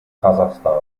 kasachstan